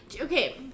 Okay